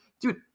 Dude